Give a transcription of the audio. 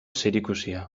zerikusia